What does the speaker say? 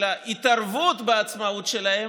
של ההתערבות בעצמאות שלהם,